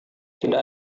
tidak